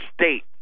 State